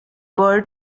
bert